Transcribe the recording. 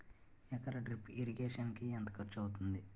ఎకర drip irrigation కి ఎంత ఖర్చు అవుతుంది?